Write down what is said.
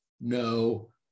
No